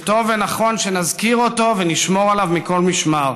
וטוב ונכון שנזכיר אותו ונשמור עליו מכל משמר,